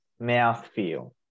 mouthfeel